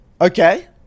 Okay